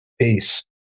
Peace